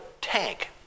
tank